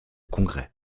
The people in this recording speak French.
congrès